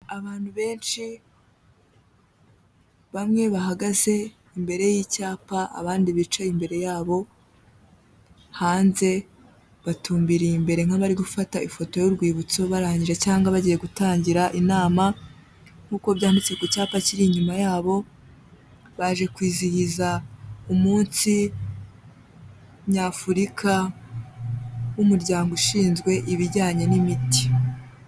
Abantu benshi bamwe bahagaze imbere y'icyapa, abandi bicaye imbere yabo, hanze batumbiriye imbere nk'abari gufata ifoto y'urwibutso barangije cyangwa bagiye gutangira inama nkuko byanditse ku cyapa kiri inyuma yabo, baje kwizihiza umunsi nyafurika w'umuryango ushinzwe ibijyanye n'imiti.